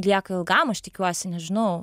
lieka ilgam aš tikiuosi nežinau